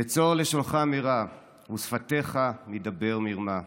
נצֹר לשונך מרע ושפתיך מדבֵּר מרמה.